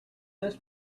this